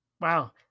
Wow